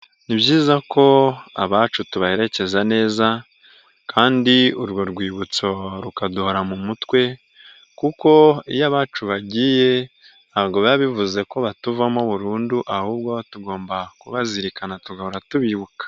Ni byiza ko abacu tubaherekeza neza kandi urwo Rwibutso rukaduhora mu mutwe, kuko iyo abacu bagiye ntabwo biba bivuze ko batuvamo burundu, ahubwo tugomba kubazirikana tugahora tubibuka.